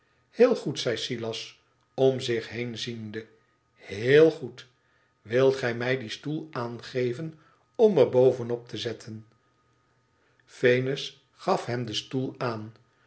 heel goed zei silas om zich heen ziende he eel goed wütgij mij dien stoel aangeven om er bovenop te zetten p venus gaf hem den stoel aan